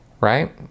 Right